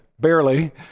barely